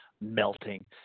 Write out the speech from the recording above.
melting